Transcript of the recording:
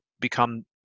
become